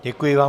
Děkuji vám.